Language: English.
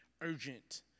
urgent